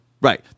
Right